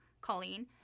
Colleen